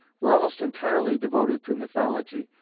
were almost entirely devoted to mythology,